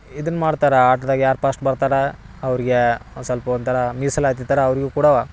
ಇದನ್ನ ಮಾಡ್ತಾರೆ ಆಟ್ದಾಗ ಯಾರು ಪಶ್ಟ್ ಬರ್ತಾರೆ ಅವರಿಗೆ ಒಂದು ಸ್ವಲ್ಪ ಒಂಥರಾ ಮೀಸಲಾತಿ ಥರ ಅವರಿಗೂ ಕೂಡ